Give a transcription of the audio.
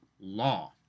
law